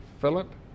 Philip